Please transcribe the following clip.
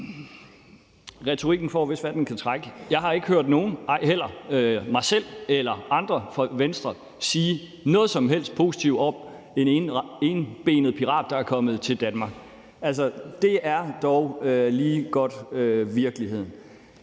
Retorikken får vist, hvad den kan trække. Jeg har ikke hørt nogen, hverken mig selv eller andre, fra Venstre sige noget som helst positivt om den etbenede pirat, der er kommet til Danmark. Altså, det er dog lige godt virkeligheden.